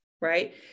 right